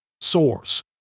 Source